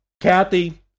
Kathy